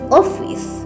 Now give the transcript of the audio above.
office